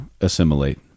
assimilate